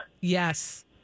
Yes